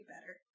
better